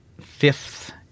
fifth